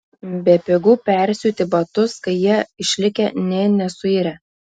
bepigu persiūti batus kai jie išlikę nė nesuirę